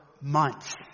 months